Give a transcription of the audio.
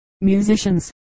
musicians